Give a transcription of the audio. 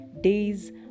days